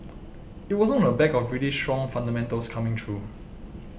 it wasn't on the back of really strong fundamentals coming through